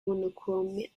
monochromatic